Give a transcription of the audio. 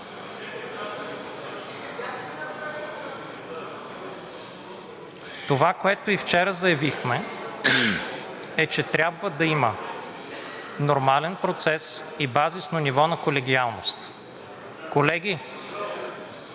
Това, което и вчера заявихме, е, че трябва да има нормален процес и базисно ниво на колегиалност. Колеги,